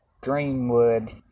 Greenwood